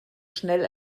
schnell